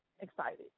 Excited